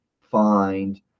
find